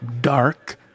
dark